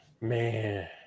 Man